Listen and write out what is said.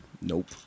Nope